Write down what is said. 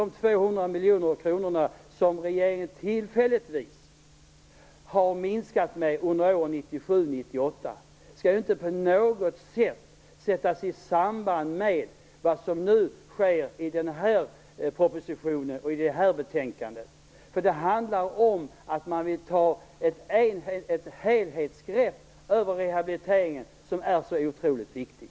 De 200 miljoner kronor som regeringen tillfälligtvis har minskat anslaget med för 1997/98 skall ju inte på något sätt sättas i samband med vad som nu sker i denna proposition och i detta betänkande. Det handlar om att man vill ta ett helhetsgrepp över rehabiliteringen, som är så otroligt viktig.